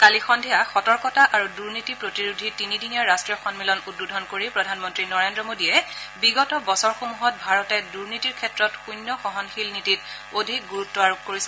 কালি সন্ধিয়া সৰ্তকতা আৰু দুৰ্নীতি প্ৰতিৰোধী তিনিদিনীয়া ৰাষ্টীয় সম্মিলন উদ্বোধন কৰি প্ৰধানমন্ত্ৰী নৰেন্দ্ৰ মোদীয়ে বিগত বছৰসমূহত ভাৰতে দুৰ্নীতিৰ ক্ষেত্ৰত শূন্য সহনশীল নীতিত অধিক গুৰুত্ আৰোপ কৰিছে